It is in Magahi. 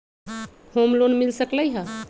होम लोन मिल सकलइ ह?